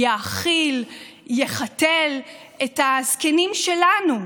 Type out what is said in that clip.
יאכיל, יחתל את הזקנים שלנו.